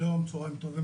שלום, צוהריים טובים